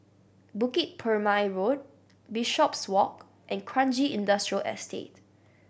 Bukit Purmei Road Bishopswalk and Kranji Industrial Estate